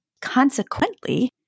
Consequently